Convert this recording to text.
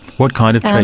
what kind of